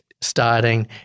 starting